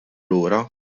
lura